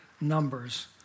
numbers